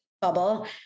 bubble